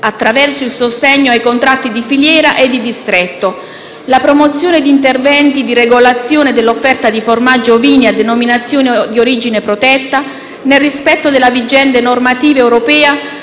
attraverso il sostegno ai contratti di filiera e di distretto; la promozione di interventi di regolazione dell'offerta di formaggi ovini a denominazione di origine protetta (DOP), nel rispetto della vigente normativa europea,